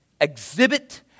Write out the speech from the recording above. Exhibit